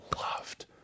loved